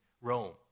Rome